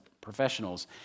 Professionals